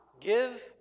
give